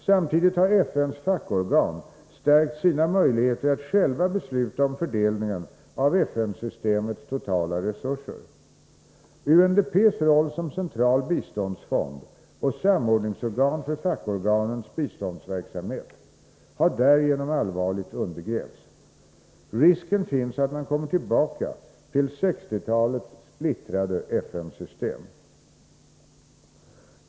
Samtidigt har FN:s fackorgan stärkt sina möjligheter att själva besluta om fördelningen av FN-systemets totala resurser. UNDP:s roll som central biståndsfond och samordningsorgan för fackorganens biståndsverksamhet har därigenom allvarligt undergrävts. Risken finns att man kommer tillbaka till 60-talets splittrade FN-system.